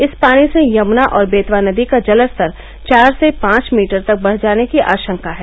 इस पानी से यमुना और बेतवा नदी का जलस्तर चार से पांव मीटर तक बढ़ जाने की आशंका है